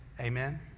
Amen